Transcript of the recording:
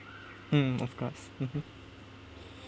mm of course mmhmm